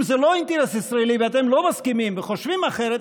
אם זה לא אינטרס ישראלי ואתם לא מסכימים וחושבים אחרת,